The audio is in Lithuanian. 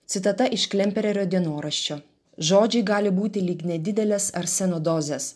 citata iš klempererio dienoraščio žodžiai gali būti lyg nedidelės arseno dozės